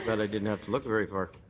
glad i didn't have to look very far.